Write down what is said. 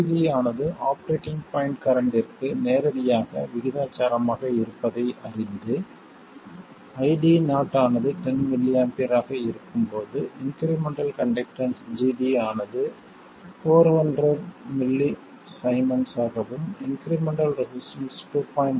gD ஆனது operating point கரண்ட்டிற்கு நேரடியாக விகிதாசாரமாக இருப்பதை அறிந்து ID0 ஆனது 10mA ஆக இருக்கும் போது இன்க்ரிமெண்டல் கண்டக்டன்ஸ் gD ஆனது 400mS ஆகவும் இன்க்ரிமெண்டல் ரெசிஸ்டன்ஸ் 2